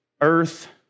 earth